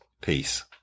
Peace